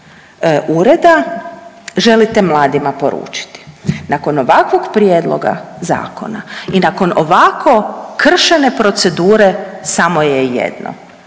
ureda želite mladima poručiti nakon ovakvog prijedloga zakona i nakon ovako kršene procedure samo je jedno